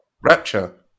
Rapture